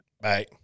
Bye